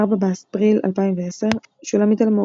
4 באפריל 2010 שולמית אלמוג,